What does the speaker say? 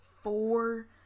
four